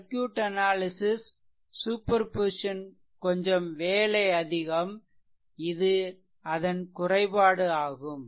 circuit analysis superposition கொஞ்சம் வேலை அதிகம் இது அதன் குறைபாடு ஆகும்